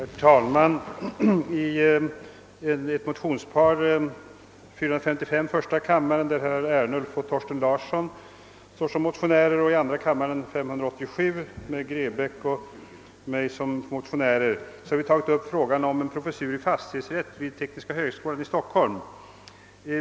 Herr talman! I de likalydande motionerna 1:455 av herrar Ernulf och Thorsten Larsson och 11:587 av herr Grebäck och mig har vi tagit upp frågan om inrättande av en professur i fastighetsrätt vid tekniska högskolan i Stockholm.